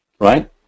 right